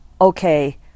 okay